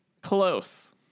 close